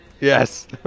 Yes